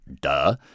duh